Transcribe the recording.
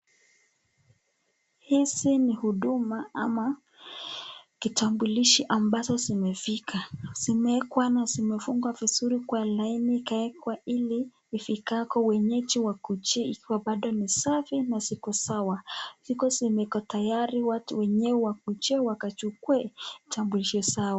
Hizi ni huduma ama kitambulisho ambazo zimefika. Zimewekwa na zimefungwa vizuri kwa laini ikawekwa hili ifikako wenyeji wakujie iko bado ni safi na ziko sawa. Iko zenye iko tayari watu wenyewe wakujie wakachukue vitambulisho zao.